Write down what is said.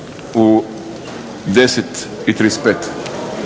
u 10,35.